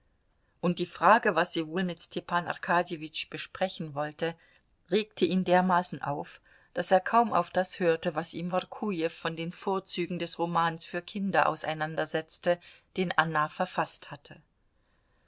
und die frage was sie wohl mit stepan arkadjewitsch besprechen wollte regte ihn dermaßen auf daß er kaum auf das hörte was ihm workujew von den vorzügen des romans für kinder auseinandersetzte den anna verfaßt hatte